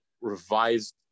revised